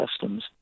customs